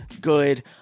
good